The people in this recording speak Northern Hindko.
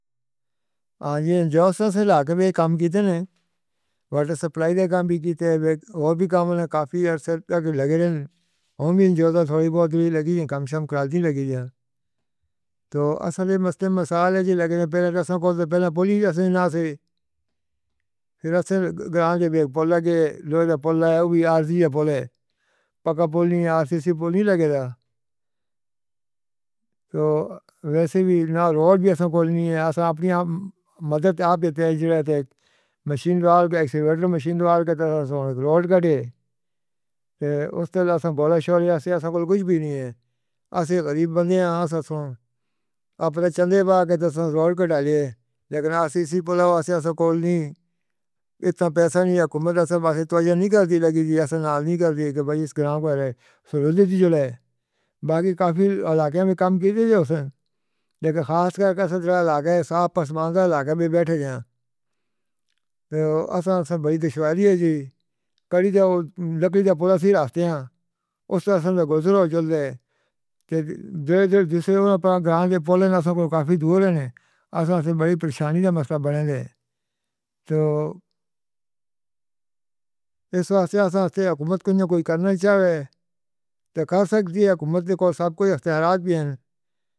ہاں جی، زیادہ تو اس علاقے میں کم کردے نی۔ واٹر سپلائی کم بھی کردے ہے اور ہور کم وی ہے۔ کافی عرصے تک لگی رہے۔ اوہ وی زیادہ تھوڑی بہت لگی ہوئی ہے، کم شم کراتی لگی ہے۔ تاں اساں کھے مسئلے وچ سالے لگے ہیں۔ پہلے دشاخر پولیس آسے۔ فیر اساں گرام سبھیا پولیس لوہے دا پل لایا۔ اُبھی آر جی پل ہے پکا پل نہیں، آر سی سی پل نہیں لگےلا۔ تاں ویسے وی روڈ وی کوئی نہیں ہے۔ اساں اپنی آپ مدد آپ تیز مشین، ایکسیلیٹر مشین دوارا کے تاسوں روڈ کٹے۔ تاں اوہنوں بولے چھوڑے سے کجھ وی نہیں ہے۔ اصلی غریب بندے ہیں۔ اپنا چندے دا روڈ کٹا لئے۔ لیکن ایسی سی پل ہوئی ہے کول نہیں۔ اتنا پیسہ نہیں ہے۔ ہے تاں نہیں کردی۔ لگی ہے نا نہیں کردی ہے کہ بھئی اس گرام دا راج سورج جڑا ہے۔ باقی کافی علاقے وچ کم کیجئے لیکن خاص کر کے لگے۔ صاف پسندیدہ علاقہ وی بیٹھے جائے۔ تاں اساں سن بھاری کٹھنائیاں دی۔ لکڑی دا پل۔ راستے وچ گزردے ہاں تاں جو دکھ رہے ہو نا۔ پر گاں دے پولیس کافی دور ہے۔ اصل وچ وڈی پریشانی دا مسئلہ بنا ہے تاں۔ اس واقعے توں سرکار کوئی یا کوئی کرنا چاہے تاں کر سکے۔ سرکار کو سب کوئی اشتہارات وی ہے۔